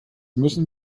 müssen